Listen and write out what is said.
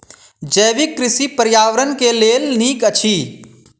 जैविक कृषि पर्यावरण के लेल नीक अछि